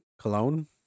Cologne